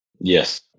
Yes